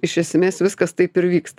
iš esmės viskas taip ir vyksta